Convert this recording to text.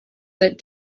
that